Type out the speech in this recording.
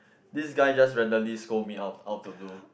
this guy just randomly scold me out of out of the blue